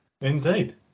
Indeed